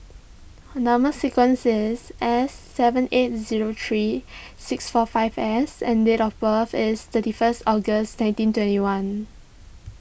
Number Sequence is S seven eight zero three six four five S and date of birth is thirty first August nineteen twenty one